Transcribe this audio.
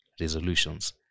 resolutions